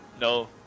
No